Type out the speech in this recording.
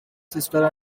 sister